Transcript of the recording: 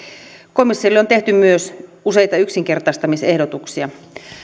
komissiolle on tehty myös useita yksinkertaistamisehdotuksia